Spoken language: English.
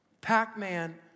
Pac-Man